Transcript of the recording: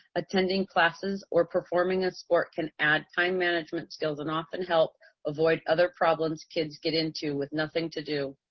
attending classes or performing a sport can add time management skills and often help avoid other problems kids get into with nothing to do.